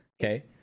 okay